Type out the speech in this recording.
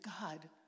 God